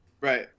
right